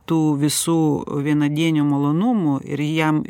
tų visų vienadienių malonumų ir jam